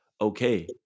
okay